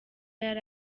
yari